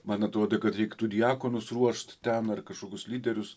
man atrodė kad reiktų diakonus ruošt ten ar kažkokius lyderius